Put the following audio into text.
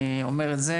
אני אומר את זה